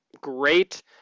great